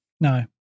No